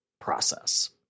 process